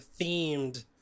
themed